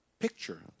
Picture